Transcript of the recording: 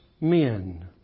men